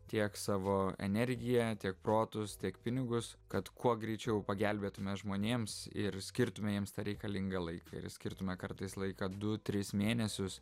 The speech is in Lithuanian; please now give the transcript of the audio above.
tiek savo energiją tiek protus tiek pinigus kad kuo greičiau pagelbėtume žmonėms ir skirtume jiems tą reikalingą laiką ir skirtume kartais laiką du tris mėnesius